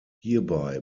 hierbei